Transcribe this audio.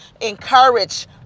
encourage